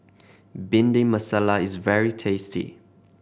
Bhindi Masala is very tasty